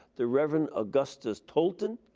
the reverend augustus tolton,